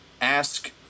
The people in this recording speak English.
ask